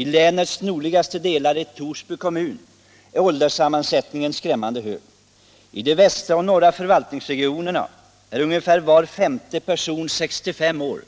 I länets nordligaste delar, i Torsby kommun, är ålderssammansättningen skrämmande. I de västra och norra förvaltningsregionerna är ungefär var femte person 65 år